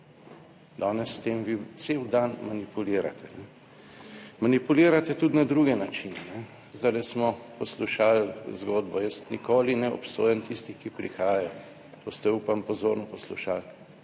danes s tem vi cel dan manipulirate. Manipulirate tudi na druge načine. Zdajle smo poslušali zgodbo, jaz nikoli ne obsojam tistih, ki prihajajo, to ste, upam, pozorno poslušali,